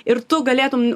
ir tu galėtum